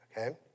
okay